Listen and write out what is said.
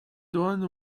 done